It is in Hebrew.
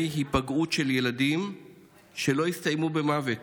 היפגעות של ילדים שלא הסתיימו במוות,